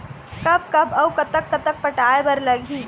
कब कब अऊ कतक कतक पटाए बर लगही